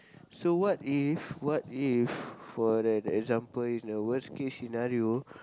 so what if what if for an example in a worst case scenario